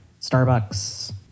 Starbucks